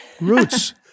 Roots